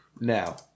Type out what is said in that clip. Now